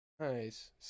nice